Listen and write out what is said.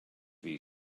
wie